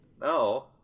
No